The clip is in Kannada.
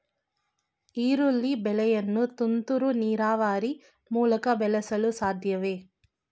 ಈರುಳ್ಳಿ ಬೆಳೆಯನ್ನು ತುಂತುರು ನೀರಾವರಿ ಮೂಲಕ ಬೆಳೆಸಲು ಸಾಧ್ಯವೇ?